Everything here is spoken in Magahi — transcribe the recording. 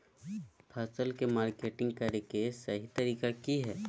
फसल के मार्केटिंग करें कि सही तरीका की हय?